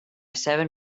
seven